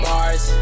Mars